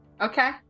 Okay